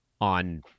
on